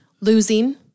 losing